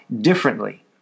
differently